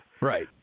Right